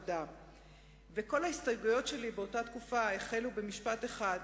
כל ההסתייגויות שלי באותה תקופה החלו במשפט אחד: